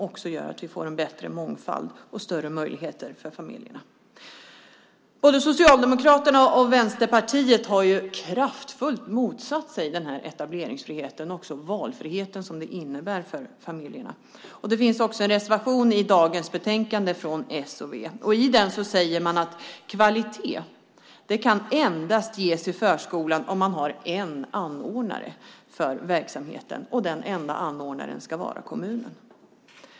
Det gör att det blir en bättre mångfald och större möjligheter för familjerna. Både Socialdemokraterna och Vänsterpartiet har kraftfullt motsatt sig den här etableringsfriheten och också den valfrihet som detta innebär för familjerna. Det finns en reservation i dagens betänkande från s och v. Där säger man att kvalitet kan ges i förskolan endast om man har en anordnare för verksamheten. Den enda anordnaren ska vara kommunen.